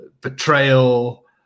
betrayal